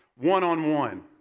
one-on-one